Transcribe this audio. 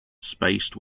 spaced